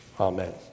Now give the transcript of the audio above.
Amen